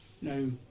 No